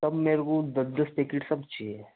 सब मेरे को दस दस पैकेट सब चाहिए